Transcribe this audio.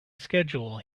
schedule